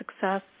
Success